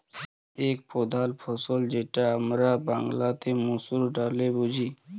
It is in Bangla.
এক প্রধাল ফসল যেটা হামরা বাংলাতে মসুর ডালে বুঝি